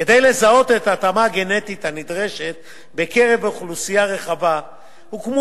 כדי לזהות את ההתאמה הגנטית הנדרשת בקרב אוכלוסייה רחבה הוקמו